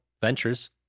ventures